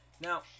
Now